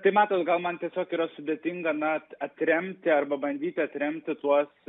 tai matot man tiesiog yra sudėtinga na atremti arba bandyti atremti tuos